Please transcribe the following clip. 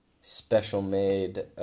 special-made